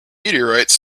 meteorites